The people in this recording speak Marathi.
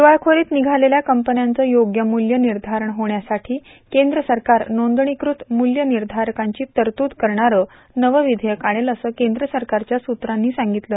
दिवाळखोरीत निघालेल्या कंपन्यांचं योग्य मूल्य निर्धारण होण्यासाठी केंद्र सरकार नोंदणीकृत मूल्यानिर्धारकांची तरतूद करणारं नवं विधेयक आणेल असं केंद्र सरकारच्या सूत्रांनी सांगितलं